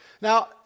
Now